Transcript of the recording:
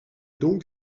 donc